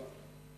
ערובה.